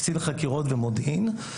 קצין חקירות ומודיעין.